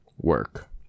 work